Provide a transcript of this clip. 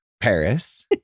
Paris